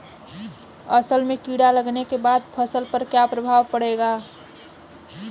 असल में कीड़ा लगने के बाद फसल पर क्या प्रभाव पड़ेगा?